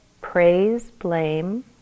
praise-blame